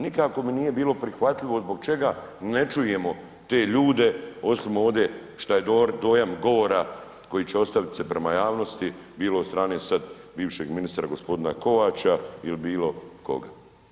Nikako mi nije bilo prihvatljivo zbog čega ne čujemo te ljude osim ovde šta je dojam govora koji će ostavit se prema javnosti bilo od strane sad bivšeg ministra gospodina Kovača ili bilo koga.